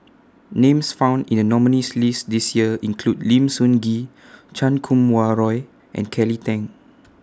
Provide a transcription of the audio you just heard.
Names found in The nominees' list This Year include Lim Sun Gee Chan Kum Wah Roy and Kelly Tang